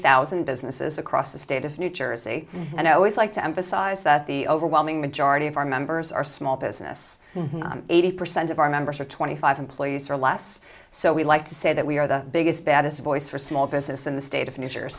thousand businesses across the state of new jersey and i always like to emphasize that the overwhelming majority of our members are small business eighty percent of our members are twenty five employees or less so we like to say that we are the biggest baddest voice for small business in the state of new jersey